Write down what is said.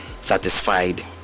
satisfied